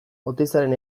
oteizaren